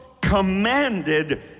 commanded